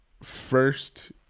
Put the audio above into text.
First